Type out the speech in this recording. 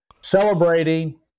celebrating